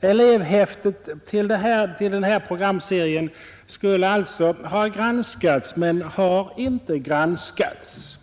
Elevhäftet till den här programserien skulle alltså ha granskats men har icke granskats.